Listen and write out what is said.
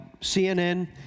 CNN